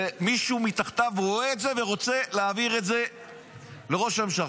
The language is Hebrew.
ומישהו מתחתיו רואה את זה ורוצה להעביר את זה לראש הממשלה.